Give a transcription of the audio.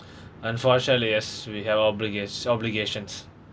unfortunately yes we have obligat~ obligations